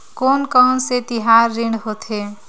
कोन कौन से तिहार ऋण होथे?